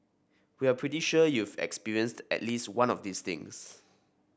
we're pretty sure you've experienced at least one of these things